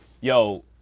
yo